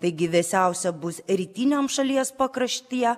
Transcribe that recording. taigi vėsiausia bus rytiniam šalies pakraštyje